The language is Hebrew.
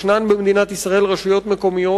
ישנן במדינת ישראל רשויות מקומיות,